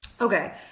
Okay